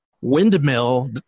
windmill